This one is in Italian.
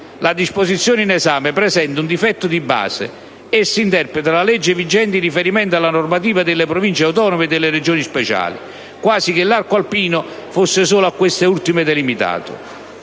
la disposizione in esame presenta un difetto di base: essa interpreta la legge vigente in riferimento alla normativa delle Province autonome e delle Regioni a statuto speciale (quasi che l'arco alpino fosse solo a queste ultime delimitato).